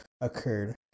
occurred